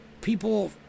people